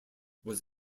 was